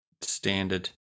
standard